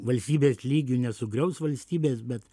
valstybės lygiu nesugriaus valstybės bet